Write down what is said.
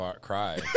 cry